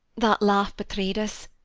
that laugh betrayed us.